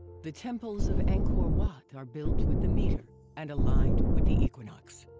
the temples of angkor wat are built with the meter and aligned with the equinox.